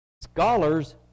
Scholars